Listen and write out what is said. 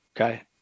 okay